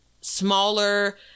smaller